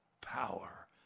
power